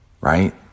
right